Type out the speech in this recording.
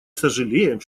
сожалеем